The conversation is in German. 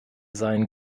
sein